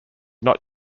not